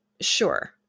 Sure